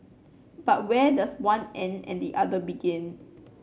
but where does one end and the other begin